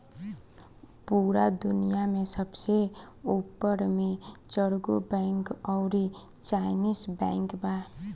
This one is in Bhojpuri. पूरा दुनिया में सबसे ऊपर मे चरगो बैंक अउरी चाइनीस बैंक बा